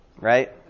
right